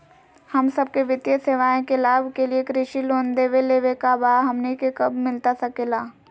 हम सबके वित्तीय सेवाएं के लाभ के लिए कृषि लोन देवे लेवे का बा, हमनी के कब मिलता सके ला?